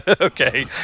Okay